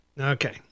Okay